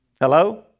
Hello